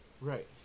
Right